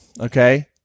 okay